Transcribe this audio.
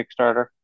Kickstarter